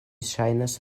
ŝajnas